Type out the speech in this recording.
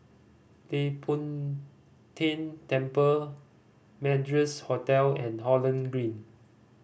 Leng Poh Tian Temple Madras Hotel and Holland Green